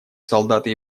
солдаты